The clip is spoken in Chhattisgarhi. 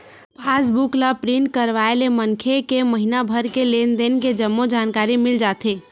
पास बुक ल प्रिंट करवाय ले मनखे के महिना भर के लेन देन के जम्मो जानकारी मिल जाथे